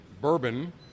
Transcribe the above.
bourbon